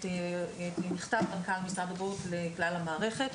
את מכתב מנכ"ל משרד הבריאות לכלל המערכת,